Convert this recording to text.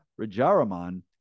Rajaraman